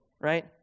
Right